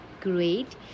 great